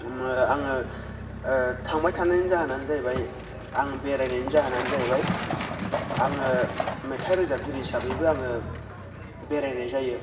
आङो थांबाय थानायनि जाहोनानो जाहैबाय आङो बेरायनायनि जाहोनानो जाहैबाय आङो मेथाइ रोजाबगिरि हिसाबैबो आङो बेरायनाय जायो